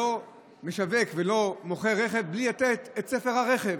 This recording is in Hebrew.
לא משווק ולא מוכר רכב בלי לתת את ספר הרכב.